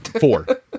four